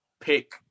pick